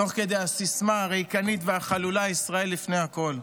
תוך כדי הסיסמה הריקנית והחלולה: ישראל לפני הכול.